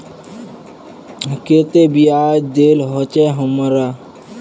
केते बियाज देल होते हमरा?